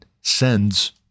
sends